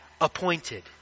appointed